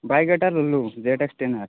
bike এটা ল'লোঁ Z X ten R